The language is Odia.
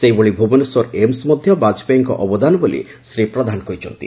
ସେହିଭଳି ଭୁବନେଶ୍ୱର ଏମସ୍ ମଧ୍ଧ ବାଜପେୟୀଙ୍ଙ ଅବଦାନ ବୋଲି ଶ୍ରୀ ପ୍ରଧାନ କହିଛନ୍ତି